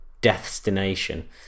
destination